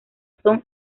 son